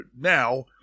now